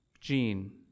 Gene